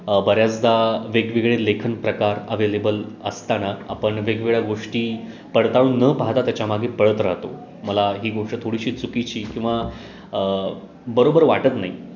बऱ्याचदा वेगवेगळे लेखन प्रकार अवेलेबल असताना आपण वेगवेगळ्या गोष्टी पडताळून न पाहता त्याच्यामागे पळत राहतो मला ही गोष्ट थोडीशी चुकीची किंवा बरोबर वाटत नाही